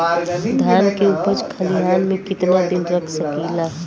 धान के उपज खलिहान मे कितना दिन रख सकि ला?